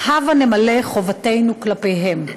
הבה נמלא חובתנו כלפיהם.